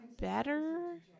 better